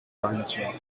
ranching